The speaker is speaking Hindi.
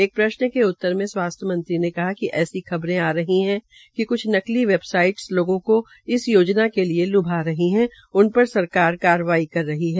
एक प्रश्न के उत्तर में स्वास्थ्य मंत्री ने कहा कि ऐसी खबरे आ रही है क्छ नकली वेबसाइट लोगों को इस योजना के लिए ल्भा रही है उन पर सरकार कार्रवाड्र कर रही है